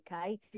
okay